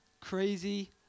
Crazy